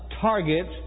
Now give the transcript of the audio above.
targets